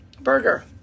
burger